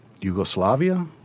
Yugoslavia